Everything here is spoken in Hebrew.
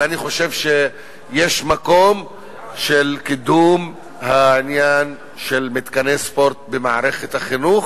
אני חושב שיש מקום לקידום העניין של מתקני ספורט במערכת החינוך,